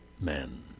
men